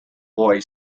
boy